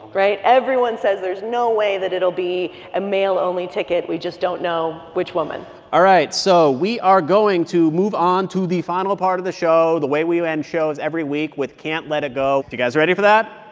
right? everyone says there's no way that it'll be a male-only ticket. we just don't know which woman all right. so we are going to move on to the final part of the show, the way we end shows every week, with can't let it go. you guys ready for that?